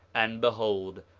and behold,